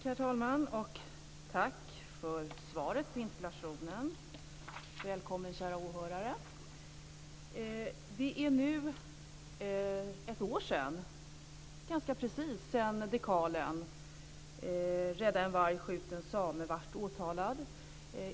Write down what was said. Herr talman! Tack för svaret på interpellationen. Välkomna kära åhörare! Det är nu ganska precis ett år sedan dekalen "Rädda en varg - skjut en same" blev åtalad.